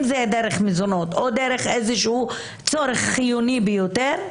אם זה דרך מזונות או דרך איזשהו צורך חיוני ביותר,